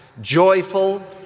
joyful